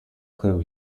clue